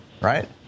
right